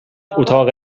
اتاق